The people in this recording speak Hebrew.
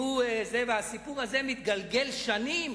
והסיפור הזה מתגלגל שנים.